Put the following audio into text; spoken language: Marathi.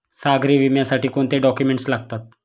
सागरी विम्यासाठी कोणते डॉक्युमेंट्स लागतात?